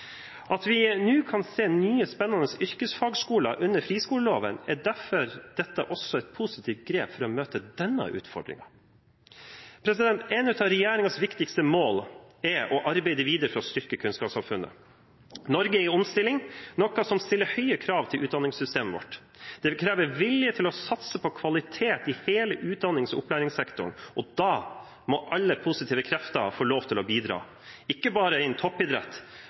At vi nå kan se nye, spennende yrkesfagskoler under friskoleloven, er derfor et positivt grep for å møte denne utfordringen. Et av regjeringens viktigste mål er å arbeide videre for å styrke kunnskapssamfunnet. Norge er i omstilling, noe som stiller høye krav til utdanningssystemet vårt. Det vil kreve vilje til å satse på kvalitet i hele utdannings- og opplæringssektoren, og da må alle positive krefter få lov til å bidra – ikke bare innen toppidrett,